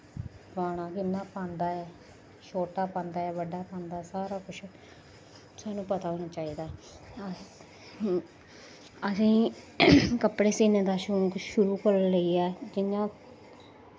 पाना कि'यां पांदा ऐ छोटा पांदा ऐ बड्डा पांदा ऐ सारा कुछ सानूं पता होना चाहिदा असेंगी कपड़े सीनें दा शौंक शुरु कोला दा लेइयै